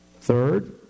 Third